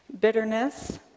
bitterness